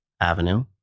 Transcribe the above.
Avenue